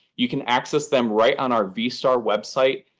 you can access them right on our vstar website.